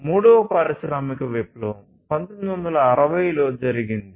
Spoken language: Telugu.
మూడవ పారిశ్రామిక విప్లవం 1960 లలో జరిగింది